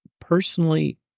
Personally